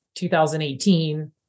2018